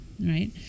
right